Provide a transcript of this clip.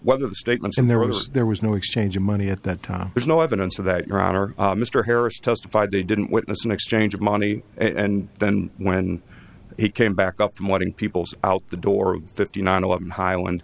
whether the statements and there was there was no exchange of money at that time there's no evidence of that your honor mr harris testified they didn't witness an exchange of money and then when he came back up the morning peoples out the door fifty nine eleven heil and